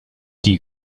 die